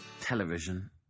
Television